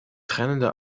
tränende